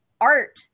art